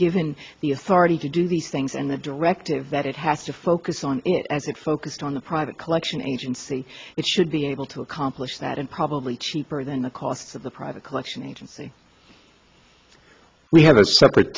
given the authority to do these things and the directive that it has to focus on as it focused on the private collection agency it should be able to accomplish that and probably cheaper than the costs of the private collection agency we have a separate